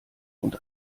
und